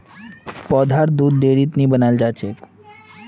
पौधार दुध डेयरीत नी बनाल जाछेक